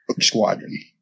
Squadron